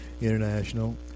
International